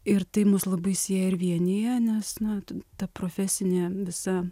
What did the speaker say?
ir tai mus labai sieja ir vienija nes na ta profesinė visa